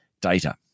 data